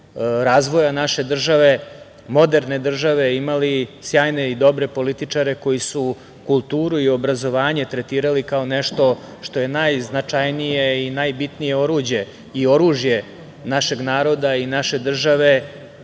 razvoja naše države, moderne države imali sjajne i dobre političare koji su kulturu i obrazovanje tretirali kao nešto što je najznačajnije i najbitnije oruđe i oružje našeg naroda i naše države